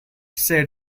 said